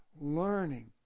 learning